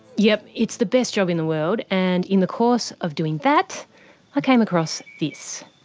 yep, it's the best job in the world. and in the course of doing that, i came across this.